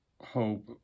hope